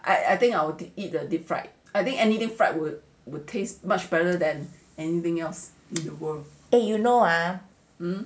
eh you know ah